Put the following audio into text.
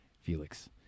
Felix